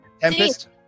Tempest